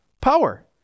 power